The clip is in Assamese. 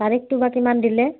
তাৰিখটো বা কিমান দিলে